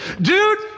dude